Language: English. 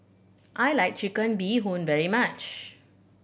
I like Chicken Bee Hoon very much